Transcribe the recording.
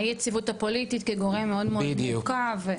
האי-יציבות הפוליטית כגורם מאוד מאוד מורכב.